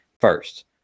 first